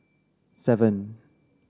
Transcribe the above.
seven